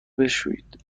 بشویید